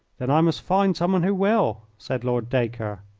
then i must find someone who will, said lord dacre.